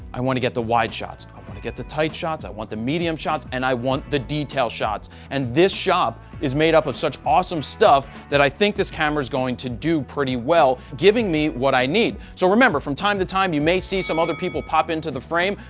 i want to get the wide shots. i want to get the tight shots. i want the medium shots and i want the detail shots and this shop is made up of such awesome stuff that i think this camera is going to do pretty well, giving me what i need. so, remember from time to time you may see some other people pop into the frame,